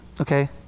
Okay